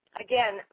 Again